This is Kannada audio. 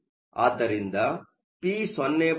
ಆದ್ದರಿಂದ ಪಿ 0